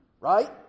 right